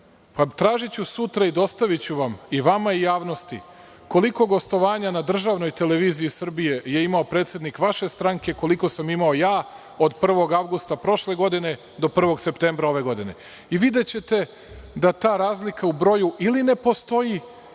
Tražiću sutra i dostaviću vam, i vama i javnosti, koliko gostovanja na državnoj televiziji Srbije je imao predsednik vaše stranke, a koliko sam imao ja od 1. avgusta prošle godine do 1. septembra ove godine i videćete da ta razlika u broju ili ne postoji